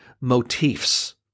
motifs